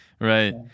Right